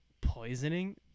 poisoning